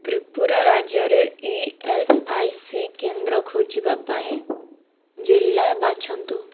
ତ୍ରିପୁରା ରାଜ୍ୟରେ E S I C କେନ୍ଦ୍ର ଖୋଜିବା ପାଇଁ ଜିଲ୍ଲା ବାଛନ୍ତୁ